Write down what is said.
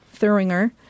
Thuringer